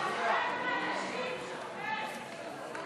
שלוש דקות.